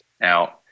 Now